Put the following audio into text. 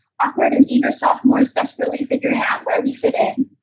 awkward and eager sophomores desperately figuring out where we fit in,